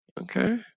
Okay